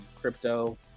crypto